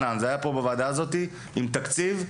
וגם עם תקציב,